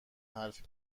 حرفی